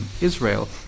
Israel